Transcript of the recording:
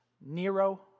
Nero